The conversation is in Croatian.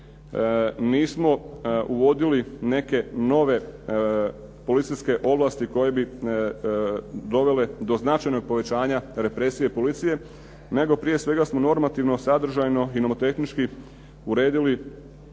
Nismo uvodili neke nove policijske ovlasti koje bi dovele do značajnog povećanja represije policije, nego prije svega smo normativno, sadržajno i nomotehnički uredili